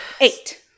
Eight